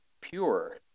pure